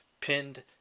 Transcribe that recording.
pinned